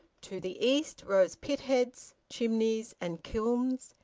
to the east rose pitheads, chimneys, and kilns,